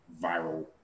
viral